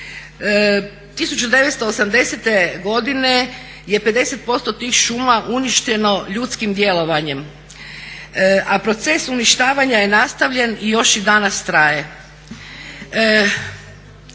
1980. godine je 50% tih šuma uništeno ljudskim djelovanjem. A proces uništavanja je nastavljen i još i danas traje.